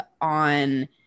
on